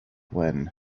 when